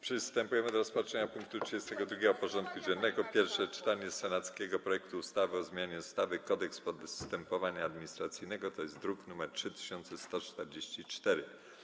Przystępujemy do rozpatrzenia punktu 32. porządku dziennego: Pierwsze czytanie senackiego projektu ustawy o zmianie ustawy Kodeks postępowania administracyjnego (druk nr 3144)